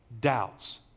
doubts